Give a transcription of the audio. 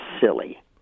silly